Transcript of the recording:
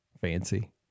fancy